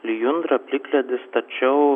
lijundra plikledis tačiau